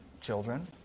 children